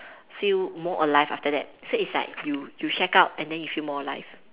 feel more alive after that so it's like you you shag out and then you feel more alive